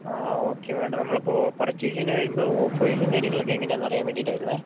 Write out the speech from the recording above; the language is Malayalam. ആ ഓക്കെ മേഡം നമ്മളിപ്പോൾ പർച്ചേസിന് വരുമ്പോൾ ഓഫേഴ്സും കാര്യങ്ങളൊക്കെ എങ്ങനെയാണെന്ന് അറിയാൻ വേണ്ടിയിട്ടായിരുന്നേ